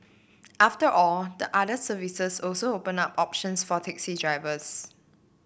after all the other services also open up options for taxi drivers